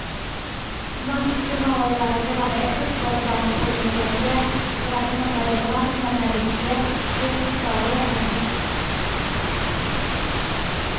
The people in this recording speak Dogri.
चीची माता जाना फिर असें उप्पर जाना पौड़ियां चढ़ियै फिर असें मत्था टेकना मत्था टेकियै फिर बाह्रे औना असें